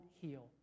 heal